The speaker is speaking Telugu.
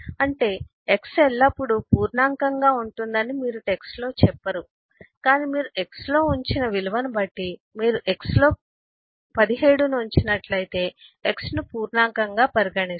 అంటే x ఎల్లప్పుడూ పూర్ణాంకంగా ఉంటుందని మీరు టెక్స్ట్లో చెప్పరు కానీ మీరు x లో ఉంచిన విలువను బట్టి మీరు x లో 17 ను ఉంచినట్లయితే x ను పూర్ణాంకంగా పరిగణిస్తారు